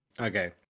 Okay